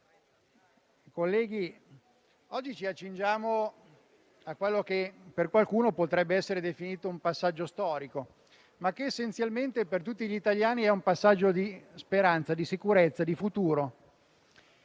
colleghi, oggi ci accingiamo a quello che per qualcuno potrebbe essere definito un passaggio storico, ma che essenzialmente per tutti gli italiani è un passaggio di speranza, di sicurezza, di futuro.